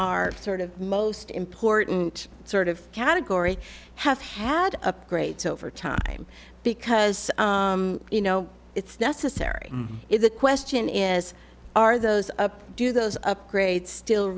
our sort of most important sort of category have had upgrades over time because you know it's necessary if the question is are those up do those upgrades still